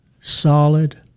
solid